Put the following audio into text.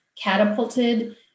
catapulted